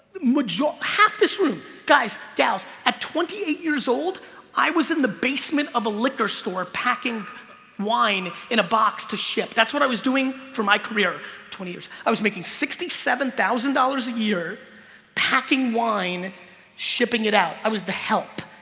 yeah half this room! guys, gals, at twenty eight years old i was in the basement of a liquor store packing wine in a box to ship that's what i was doing for my career twenty years. i was making sixty seven thousand dollars a year packing wine shipping it out. i was the help.